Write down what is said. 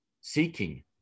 seeking